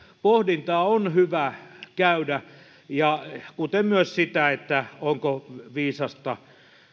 pohdintaa on hyvä käydä kuten myös sitä onko viisasta